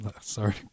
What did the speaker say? Sorry